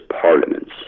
parliaments